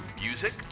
music